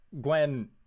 Gwen